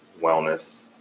wellness